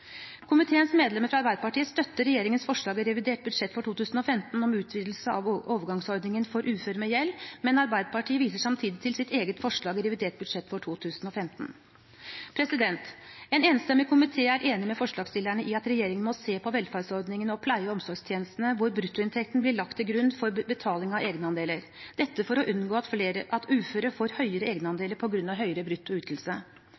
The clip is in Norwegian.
Komiteens medlemmer fra Arbeiderpartiet støtter regjeringens forslag i revidert budsjett for 2015 om utvidelse av overgangsordningen for uføre med gjeld, men Arbeiderpartiet viser samtidig til sitt eget forslag til revidert budsjett for 2015. En enstemmig komité er enig med forslagsstillerne i at regjeringen må se på velferdsordningene og pleie- og omsorgstjenestene hvor bruttoinntekten blir lagt til grunn for betaling av egenandeler, for å unngå at uføre får høyere egenandeler på grunn av høyere brutto ytelse. I forhold til den statlige bostøtteordningen er komiteen fornøyd med at kommunal- og